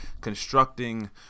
Constructing